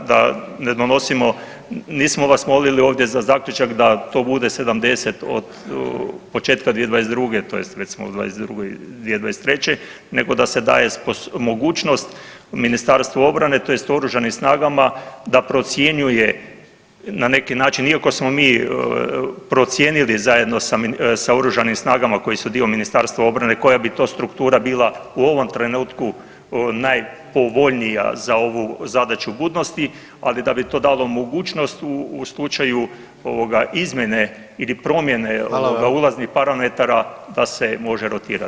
Da, da ne donosimo, nismo vas molili ovdje za zaključak da to bude 70 od početka 2022. tj. već smo u '22., '23., nego da se daje mogućnost Ministarstvu obrane tj. Oružanim snagama da procjenjuje na neki način iako smo mi procijenili zajedno sa Oružanim snagama koji su dio Ministarstva obrane koja bi to struktura bila u ovom trenutku najpovoljnija za ovu zadaću budnosti ali da bi to dalo mogućnost u slučaju ovoga izmjene ili promjene ovoga ulaznih [[Upadica: Hvala vam.]] da se može rotirati.